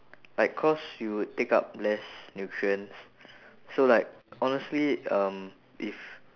like cause you would take up less nutrients so like honestly um if